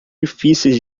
difíceis